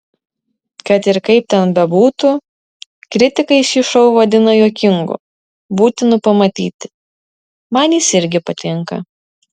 kad ir kaip ten bebūtų kritikai šį šou vadina juokingu būtinu pamatyti man jis irgi patinka